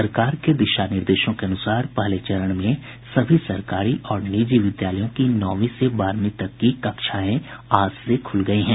सरकार के दिशा निर्देशों के अनुसार पहले चरण में सभी सरकारी और निजी विद्यालयों की नौंवी से बारहवीं तक की कक्षाएं आज से खुल गयी हैं